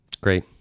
Great